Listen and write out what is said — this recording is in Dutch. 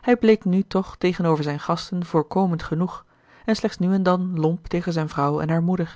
hij bleek nu toch tegenover zijn gasten voorkomend genoeg en slechts nu en dan lomp tegen zijn vrouw en haar moeder